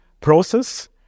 process